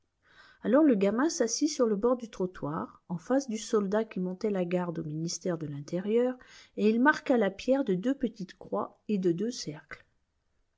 alors le gamin s'assit sur le bord du trottoir en face du soldat qui montait la garde au ministère de l'intérieur et il marqua la pierre de deux petites croix et de deux cercles